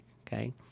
okay